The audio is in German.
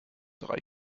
drei